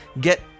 get